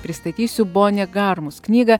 pristatysiu bone garmus knygą